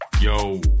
Yo